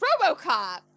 Robocop